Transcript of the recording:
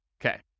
Okay